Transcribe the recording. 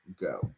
go